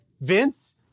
Vince